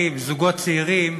משוחררים, זוגות צעירים,